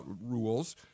rules